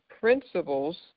principles